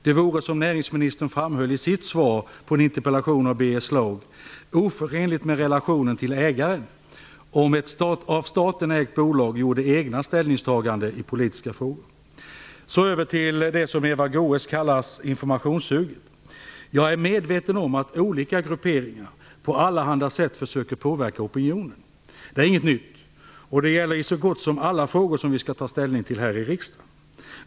Det vore, som näringsministern framhöll i sitt svar på en interpellation av Birger Så över till det som Eva Goës kallar informationssuget. Jag är medveten om att olika grupperingar på allehanda sätt försöker påverka opinionen. Det är ingenting nytt, och det gäller i så gott som alla frågor som vi skall ta ställning till här i riksdagen.